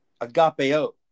agapeo